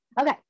okay